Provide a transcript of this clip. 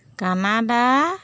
Canada